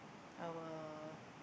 our